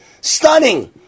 Stunning